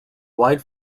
wide